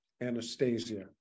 Anastasia